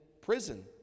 prison